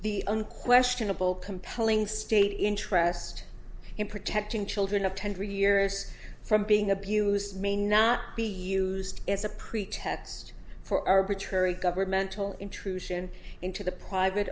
the unquestionable compelling state interest in protecting children of ten three years from being abused may not be used as a pretext for arbitrary governmental intrusion into the private